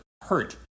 hurt